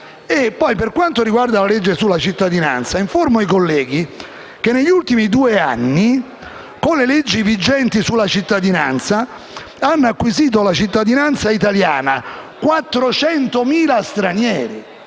Per quanto riguarda il disegno di legge sulla cittadinanza, informo i colleghi che negli ultimi due anni, con le leggi vigenti sulla cittadinanza, hanno acquisito la cittadinanza italiana 400.000 stranieri.